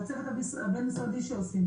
והצוות הבין משרדי שעושים,